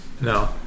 No